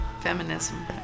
Feminism